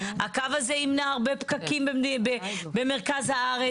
הקו הזה ימנע הרבה פקקים במרכז הארץ,